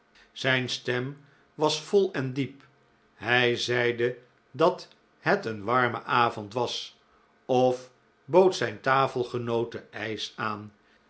zijn stem was vol en diep hij zeide dat het een warme avond was of bood zijn tafelgenoote ijs aan